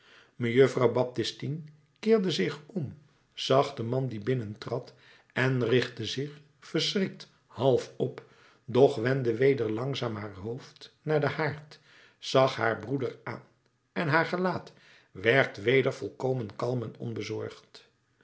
mejuffrouw baptistine keerde zich om zag den man die binnentrad en richtte zich verschrikt half op doch wendde weder langzaam haar hoofd naar den haard zag haar broeder aan en haar gelaat werd weder volkomen kalm en onbezorgd